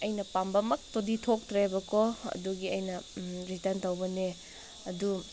ꯑꯩꯅ ꯄꯥꯝꯕꯃꯛꯇꯨꯗꯤ ꯊꯣꯛꯇ꯭ꯔꯦꯕ ꯀꯣ ꯑꯗꯨꯒꯤ ꯑꯩꯅ ꯔꯤꯇꯔꯟ ꯇꯧꯕꯅꯦ ꯑꯗꯨ